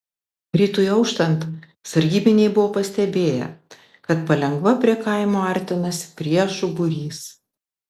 rytui auštant sargybiniai buvo pastebėję kad palengva prie kaimo artinasi priešų būrys